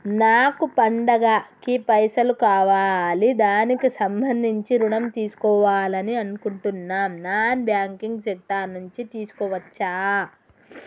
నాకు పండగ కి పైసలు కావాలి దానికి సంబంధించి ఋణం తీసుకోవాలని అనుకుంటున్నం నాన్ బ్యాంకింగ్ సెక్టార్ నుంచి తీసుకోవచ్చా?